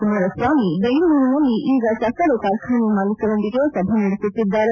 ಕುಮರಸ್ವಾಮಿ ಬೆಂಗಳೂರಿನಲ್ಲಿ ಈಗ ಸಕ್ಕರ ಕಾರ್ಖಾನೆ ಮಾಲೀಕರೊಂದಿಗೆ ಸಭೆ ನಡೆಸುತ್ತಿದ್ದಾರೆ